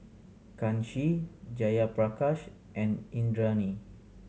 Kanshi Jayaprakash and Indranee